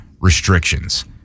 restrictions